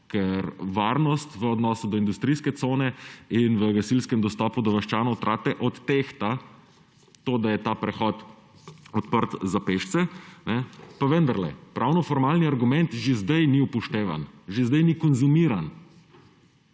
ker varnost v odnosu do industrijske cone in gasilskega dostopa do vaščanov Trate odtehta to, da je ta prehod odprt za pešce. Pa vendarle pravnoformalni argument že zdaj ni upoštevan, že zdaj ni konzumiran.